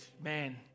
man